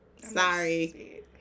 Sorry